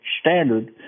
standard